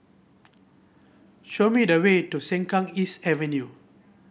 show me the way to Sengkang East Avenue